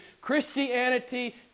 Christianity